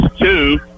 two